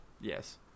Yes